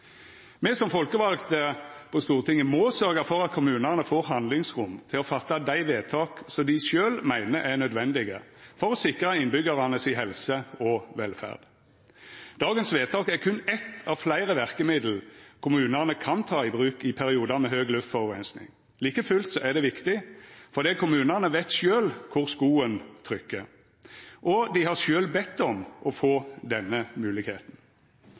Me som folkevalde på Stortinget må sørgja for at kommuane får handlingsrom til å fatta dei vedtaka som dei sjølve meiner er nødvendige for å sikra innbyggjarane si helse og velferd. Dagens vedtak er berre eit av fleire verkemiddel kommunane kan ta i bruk i periodar med høg luftforureining, men like fullt er det viktig, fordi kommunane veit sjølve kvar skoen trykkjer, og dei har sjølve bedt om å få denne